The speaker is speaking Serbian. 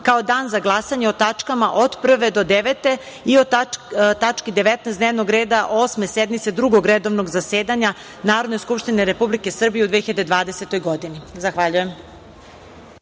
kao dan za glasanje o tačkama od 1. do 9. i o tački 19. dnevnog reda Osme sednice Drugog redovnog zasedanja Narodne skupštine Republike Srbije u 2020. godini. Zahvaljujem.(Posle